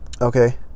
Okay